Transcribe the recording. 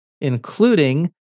including